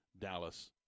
Dallas